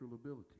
ability